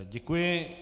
Děkuji.